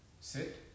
sit